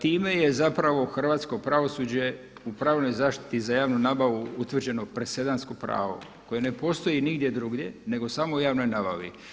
Time je zapravo hrvatsko pravosuđe u pravnoj zaštiti za javnu nabavu utvrđeno presedansko pravo koje ne postoji nigdje drugdje nego samo u javnoj nabavi.